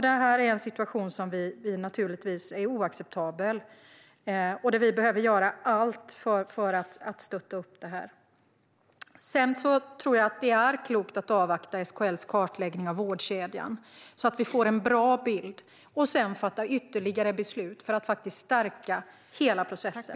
Det är naturligtvis en oacceptabel situation som vi behöver göra allt för att stötta upp. När det gäller vårdkedjan tror jag att det är klokt att avvakta SKL:s kartläggning så att vi får en bra bild och kan fatta ytterligare beslut för att stärka hela processen.